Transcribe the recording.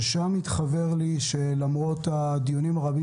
שם התחוור לי שלמרות הדיונים הרבים